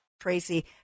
Tracy